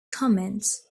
comments